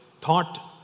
thought